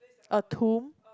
a tomb